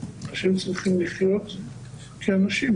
אנשים צריכים לחיות כאנשים.